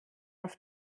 auf